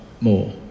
more